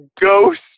ghost